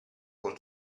con